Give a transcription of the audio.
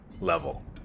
level